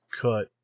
cut